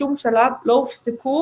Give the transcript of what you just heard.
לא הופסקו